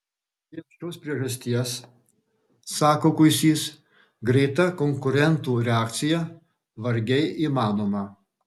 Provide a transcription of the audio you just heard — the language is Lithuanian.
dėl šios priežasties sako kuisys greita konkurentų reakcija vargiai įmanoma